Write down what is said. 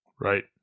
right